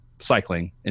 cycling